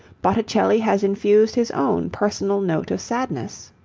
botticelli has infused his own personal note of sadness.